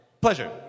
Pleasure